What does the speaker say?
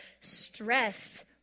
stress